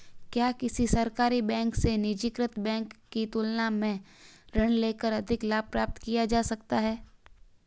क्या किसी सरकारी बैंक से निजीकृत बैंक की तुलना में ऋण लेकर अधिक लाभ प्राप्त किया जा सकता है?